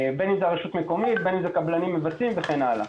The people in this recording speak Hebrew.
בין אם זה רשות מקומית בין אם זה קבלנים מבצעים וכן הלאה.